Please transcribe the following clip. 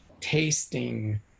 tasting